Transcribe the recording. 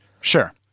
Sure